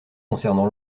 concernant